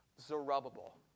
Zerubbabel